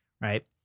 right